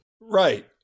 Right